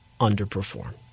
underperform